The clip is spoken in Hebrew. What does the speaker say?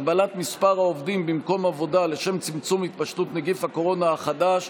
הגבלת מספר העובדים במקום עבודה לשם צמצום התפשטות נגיף הקורונה החדש),